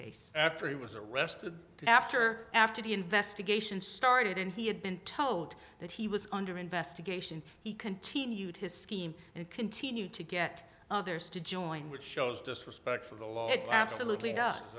case after he was arrested after after the investigation started and he had been told that he was under investigation he continued his scheme and continued to get others to join which shows disrespect for the absolutely does